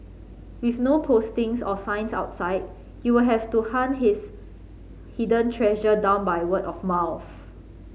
with no postings or signs outside you will have to hunt this hidden treasure down by word of mouth